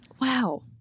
Wow